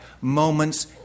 moments